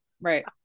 Right